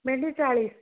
ଭେଣ୍ଡି ଚାଳିଶ